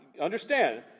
understand